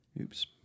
Oops